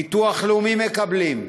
ביטוח לאומי מקבלים.